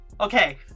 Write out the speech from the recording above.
Okay